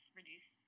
reduce